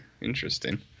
Interesting